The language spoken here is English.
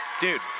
Dude